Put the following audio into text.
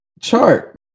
chart